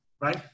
right